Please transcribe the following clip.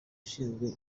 ushinzwe